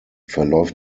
verläuft